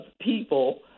people